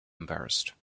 embarrassed